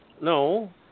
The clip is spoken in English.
no